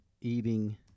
eating